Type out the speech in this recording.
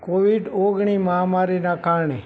Covid ઓગણીસ મહામારીના કારણે